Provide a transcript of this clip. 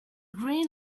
green